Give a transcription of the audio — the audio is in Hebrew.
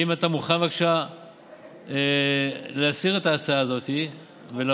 אם אתה מוכן בבקשה להסיר את ההצעה הזאת ולבוא,